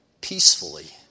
peacefully